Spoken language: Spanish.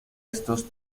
estos